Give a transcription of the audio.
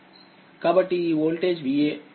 కాబట్టిఈ వోల్టేజ్Va